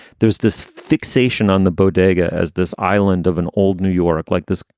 there's this fixation on the bodega as this island of an old new york like this.